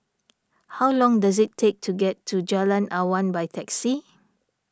how long does it take to get to Jalan Awan by taxi